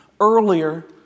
Earlier